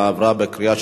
נתקבל.